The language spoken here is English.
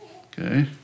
Okay